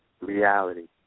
reality